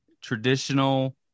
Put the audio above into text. traditional